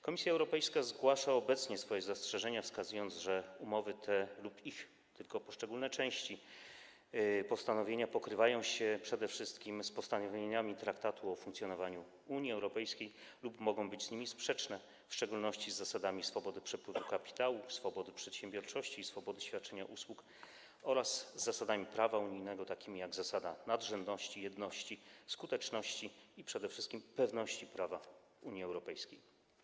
Komisja Europejska zgłasza swoje zastrzeżenia, wskazując, że umowy te lub tylko ich poszczególne części, postanowienia pokrywają się przede wszystkim z postanowieniami Traktatu o funkcjonowaniu Unii Europejskiej lub mogą być z nimi sprzeczne, w szczególności z zasadami swobody przepływu kapitału, swobody przedsiębiorczości i swobody świadczenia usług oraz z zasadami prawa unijnego, takimi jak zasada nadrzędności, jedności, skuteczności i przede wszystkim pewności prawa Unii Europejskiej.